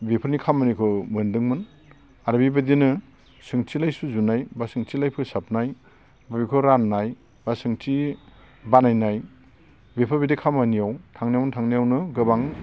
बिफोरनि खामानिखौ मोनदोंमोन आरो बेबादिनो सोंथिलाय सुजुनाय बा सोंथिलाय फोसाबनाय आरो बेखौ राननाय बा सोंथि बानायनाय बेफोरबायदि खामानियाव थांनायावनो थांनायावनो गोबां